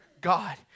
God